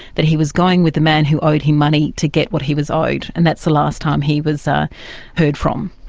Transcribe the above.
that he was going with the man who owed him money to get what he was owed. and that's the last time he was ah heard from.